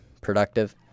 productive